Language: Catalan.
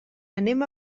anem